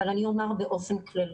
אני אומר זאת באופן כללי.